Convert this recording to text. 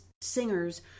singers